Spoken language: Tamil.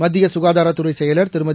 மத்திய சுகாதாரத்துறை செயல் திருமதி